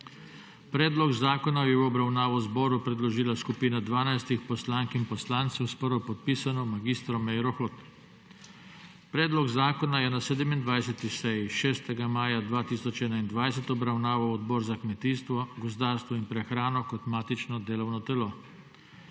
Predlog zakona je v obravnavo zboru predložila skupina dvanajstih poslank in poslancev s prvo podpirano mag. Meiro Hot. Predlog zakona je na 27. seji, 6. maja 2021 obravnaval Odbor za kmetijstvo, gozdarstvo in prehrano kot matično delovno telo.